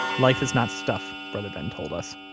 life is not stuff, brother ben told us.